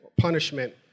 punishment